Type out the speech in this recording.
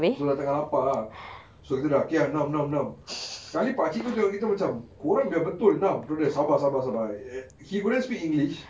true dah tengah lapar ah so kita dah okay ah enam enam enam sekali pakcik tu tengok kita macam kau orang biar betul enam sabar sabar sabar and he couldn't speak english